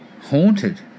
Haunted